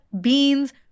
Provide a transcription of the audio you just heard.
beans